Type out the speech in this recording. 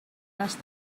les